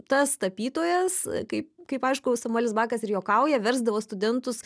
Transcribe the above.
tas tapytojas kaip kaip aišku samuelis bakas ir juokauja versdavo studentus